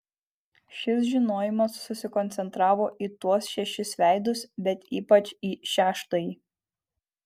šis žinojimas susikoncentravo į tuos šešis veidus bet ypač į šeštąjį